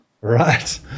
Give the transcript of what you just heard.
Right